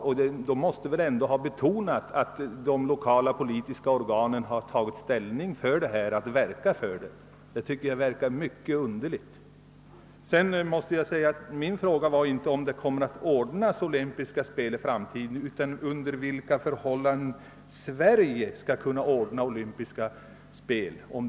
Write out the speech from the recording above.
Därvid måste väl ha betonats att de lokala politiska organen tagit ställning för detta förslag och verkat för det — det vore underligt om så inte hade skett. Min fråga gällde inte, om olympiska spel i framtiden kommer att anordnas, utan under vilka förhållanden som Sverige skall kunna ordna olympiska spel därest.